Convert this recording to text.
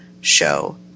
show